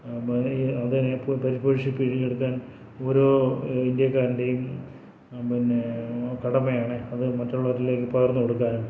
അത് പിന്നെ പരിപോഷിപ്പിച്ചെടുക്കാൻ ഓരോ ഇന്ത്യക്കാരൻറെയും പിന്നെ കടമയാണ് അത് മറ്റുള്ളവരിലേക്ക് പകർന്ന് കൊടുക്കാനും